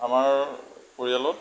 আমাৰ পৰিয়ালত